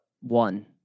one